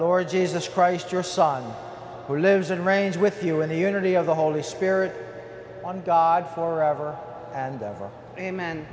lord jesus christ your son who lives and reigns with you in the unity of the holy spirit one god for ever and ever amen